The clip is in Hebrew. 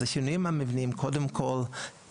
אז השינויים המבניים: קודם כל,